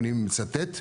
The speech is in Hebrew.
ואני מצטט,